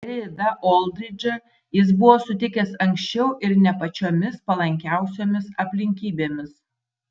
ridą oldridžą jis buvo sutikęs anksčiau ir ne pačiomis palankiausiomis aplinkybėmis